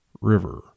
River